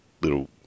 little